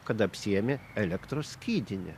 kad apsiėmė elektros skydinę